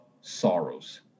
sorrows